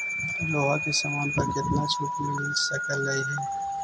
लोहा के समान पर केतना छूट मिल सकलई हे